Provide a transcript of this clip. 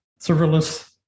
serverless